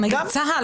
צה"ל,